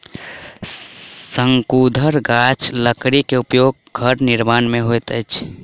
शंकुधर गाछक लकड़ी के उपयोग घर निर्माण में होइत अछि